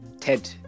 Ted